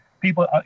people